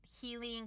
healing